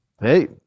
Hey